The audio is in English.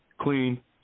clean